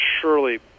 surely